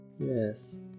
Yes